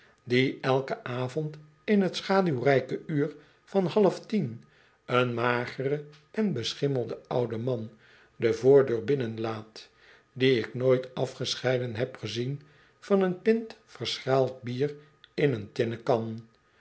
die eiken avond in t schaduwrijke uur van half tien een mageren en beschimmelden ouden man de voordeur binnenlaat dien ik nooit afgescheiden heb gezien van een pint verschaald bier in een tinnen kan